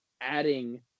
adding